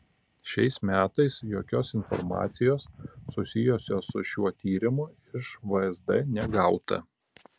šiais metais jokios informacijos susijusios su šiuo tyrimu iš vsd negauta